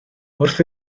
wrth